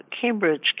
Cambridge